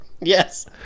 Yes